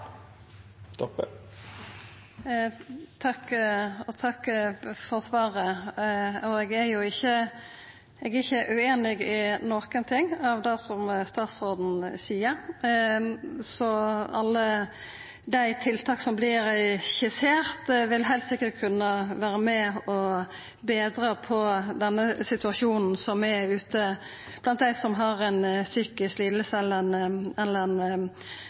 Takk for svaret. Eg er ikkje ueinig i noko av det som statsråden sa, så alle dei tiltaka som vert skisserte, vil heilt sikkert kunna vera med og betra situasjonen blant dei der ute som har ei psykisk liding eller ei rusliding. Spørsmålet er kor lang tid dette vil ta, og kor fort ein